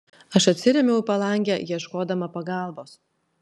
aš atsirėmiau į palangę ieškodama pagalbos